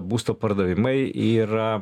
būsto pardavimai yra